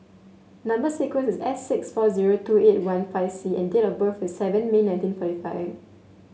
number sequence is S six four zero two eight one five C and date of birth is seven May nineteen forty five